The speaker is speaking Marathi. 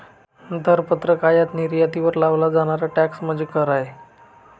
दरपत्रक आयात निर्यातीवर लावला जाणारा टॅक्स म्हणजे कर आहे